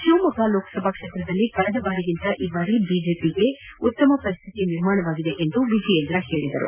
ತಿವಮೊಗ್ಗ ಲೋಕಸಭಾ ಕ್ಷೇತ್ರದಲ್ಲಿ ಕಳೆದ ಬಾರಿಗಿಂತ ಈ ಸಲ ಬಿಜೆಪಿಗೆ ಉತ್ತಮ ಪರಿಸ್ಥಿತಿ ನಿರ್ಮಾಣವಾಗಿದೆ ಎಂದು ವಿಜಯೇಂದ್ರ ತಿಳಿಸಿದರು